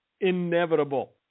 inevitable